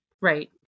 Right